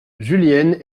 julienne